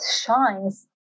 shines